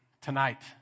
tonight